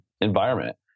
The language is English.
environment